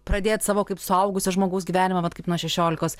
pradėt savo kaip suaugusio žmogaus gyvenimą vat kaip nuo šešiolikos